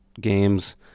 games